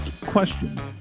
question